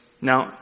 Now